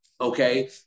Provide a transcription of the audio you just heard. okay